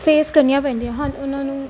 face ਕਰਨੀਆਂ ਪੈਂਦੀਆਂ ਹਨ ਉਹਨਾਂ ਨੂੰ